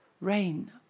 rain